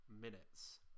minutes